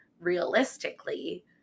realistically